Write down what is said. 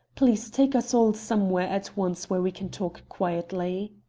please take us all somewhere at once where we can talk quietly.